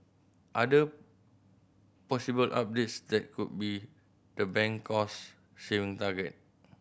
other possible updates that could be the bank cost saving target